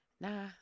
nah